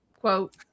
quote